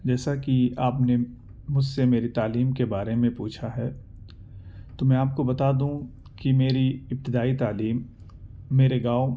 جیسا کہ آپ نے مجھ سے میری تعلیم کے بارے میں پوچھا ہے تو میں آپ کو بتا دوں کہ میری ابتدائی تعلیم میرے گاؤں